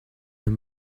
him